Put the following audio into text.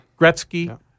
Gretzky